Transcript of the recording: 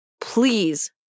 please